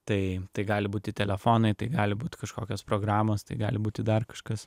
tai gali būti telefonai tai gali būt kažkokios programos tai gali būti dar kažkas